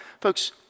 Folks